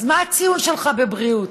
אז מה הציון שלך בבריאות?